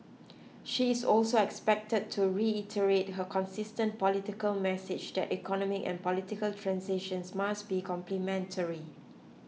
she is also expected to reiterate her consistent political message that economic and political transitions must be complementary